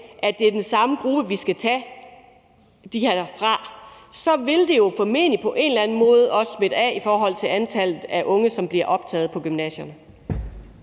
at det er den samme gruppe, vi skal tage fra, vil det jo formentlig på en eller anden måde også smitte af på antallet af unge, som bliver optaget på gymnasierne.